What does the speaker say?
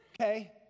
Okay